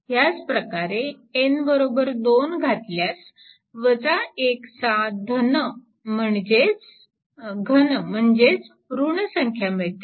याच प्रकारे n2 घातल्यास चा घन म्हणजेच ऋण संख्या मिळते